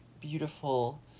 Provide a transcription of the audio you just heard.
beautiful